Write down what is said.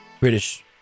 British